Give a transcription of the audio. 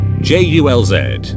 J-U-L-Z